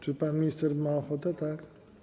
Czy pan minister ma ochotę, tak?